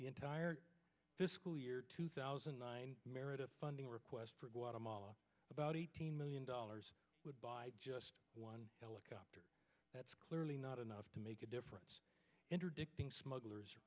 entire fiscal year two thousand and nine merit a funding request for guatemala about eighteen million dollars would buy just one helicopter that's clearly not enough to make a difference interdicting smugglers